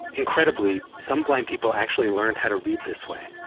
incredibly, some blind people actually learned how to read this way.